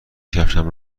کفشم